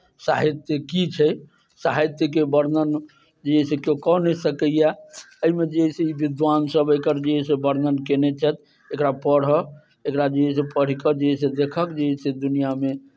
साहित्य की छै साहित्यके वर्णन जे अइ से केओ कऽ नहि सकैए एहिमे जे अइ से विद्वानसभ एकर जे अइ से वर्णन कयने छथि एकरा पढ़ह एकरा जे अइ से पढ़ि कऽ जे अइ से देखहक जे अइ से दुनिआँमे